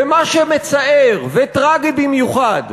ומה שמצער וטרגי במיוחד,